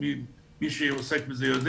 מי שעוסק בזה יודע